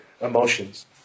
emotions